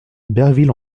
berville